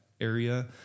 area